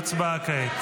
ההצבעה כעת.